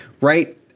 right